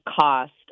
cost